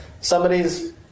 Somebody's